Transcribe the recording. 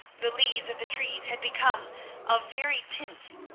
the leaves of the trees had become of varied tints,